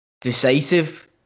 decisive